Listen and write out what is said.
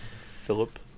Philip